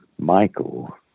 Michael